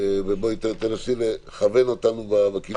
ותנסי לכוון אותנו בכיוונים.